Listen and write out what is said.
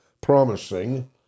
promising